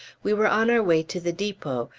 we were on our way to the depot,